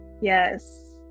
Yes